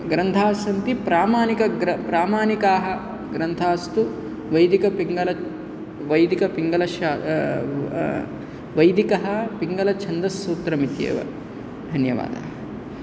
ग्रन्थाः सन्ति प्रामाणिक ग्र प्रामाणिकाः ग्रन्थाः अस्तु वैदिकपिङ्गलः वैदिकपिङ्गलस्य वैदिकः पिङ्गलछन्दस्सूत्रम् इत्येव धन्यवादः